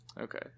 Okay